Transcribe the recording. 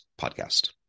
Podcast